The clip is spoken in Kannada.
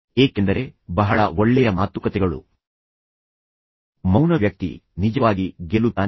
ಏಕೆಂದರೆ ಬಹಳ ಒಳ್ಳೆಯ ಮಾತುಕತೆಗಳು ಮೌನ ವ್ಯಕ್ತಿ ನಿಜವಾಗಿ ಗೆಲ್ಲುತ್ತಾನೆ